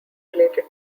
related